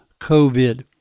COVID